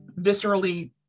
viscerally